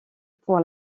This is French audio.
pour